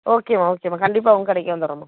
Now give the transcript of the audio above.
ஓகேம்மா ஓகேம்மா கண்டிப்பாக உங்கள் கடைக்கே வந்துடுறோம்மா